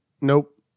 Nope